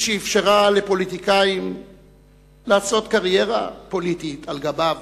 היא שאפשרה לפוליטיקאים לעשות קריירה פוליטית על גביו,